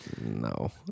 No